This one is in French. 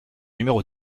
numéro